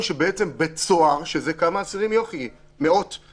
ופו של יום מהי ההשקעה הנדרשת כדי להגיע למינימום שמאפשר לה לעבוד.